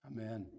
Amen